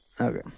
Okay